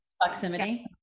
proximity